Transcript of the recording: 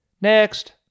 next